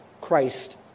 Christ